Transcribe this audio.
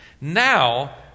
Now